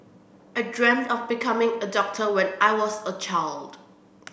I dreamt of becoming a doctor when I was a child